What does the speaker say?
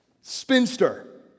spinster